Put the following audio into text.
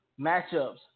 matchups